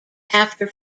after